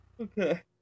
Okay